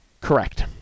Correct